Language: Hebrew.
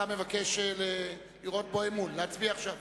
אתה מבקש לראות בו אמון, להצביע עכשיו.